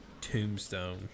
tombstone